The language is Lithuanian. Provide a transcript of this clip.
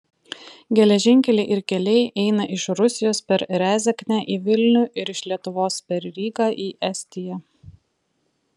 geležinkeliai ir keliai eina iš rusijos per rezeknę į vilnių ir iš lietuvos per rygą į estiją